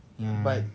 ya